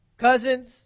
Cousins